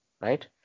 right